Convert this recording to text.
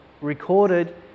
recorded